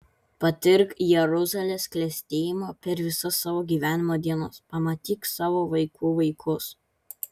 patirk jeruzalės klestėjimą per visas savo gyvenimo dienas pamatyk savo vaikų vaikus